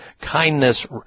Kindness